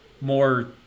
more